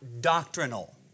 doctrinal